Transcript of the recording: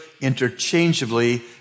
interchangeably